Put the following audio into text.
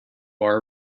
bar